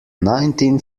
nineteen